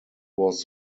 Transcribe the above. was